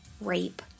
rape